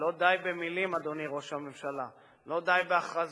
לא די במלים, אדוני ראש הממשלה, לא די בהכרזות.